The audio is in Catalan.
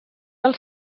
del